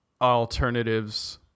alternatives